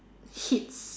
hits